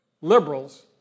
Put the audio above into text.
liberals